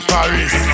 Paris